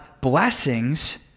blessings